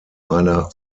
einer